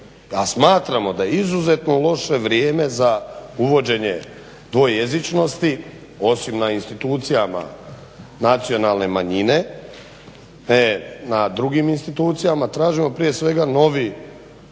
smatramo da je izuzetno loše vrijeme za uvođenje dvojezičnosti osim na institucijama nacionalne manjine, na drugim institucijama, tražimo prije svega novi